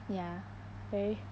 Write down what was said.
ya very